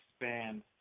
expand